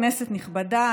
כנסת נכבדה,